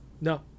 No